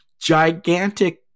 gigantic